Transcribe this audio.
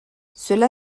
cela